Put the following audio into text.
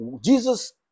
jesus